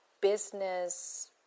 business